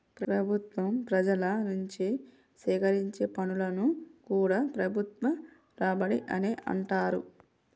ప్రభుత్వం ప్రజల నుంచి సేకరించే పన్నులను కూడా ప్రభుత్వ రాబడి అనే అంటరు